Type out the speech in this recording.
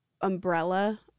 umbrella